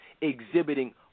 exhibiting